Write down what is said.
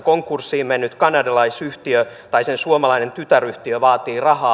konkurssiin mennyt kanadalaisyhtiö tai sen suomalainen tytäryhtiö vaatii rahaa